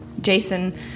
Jason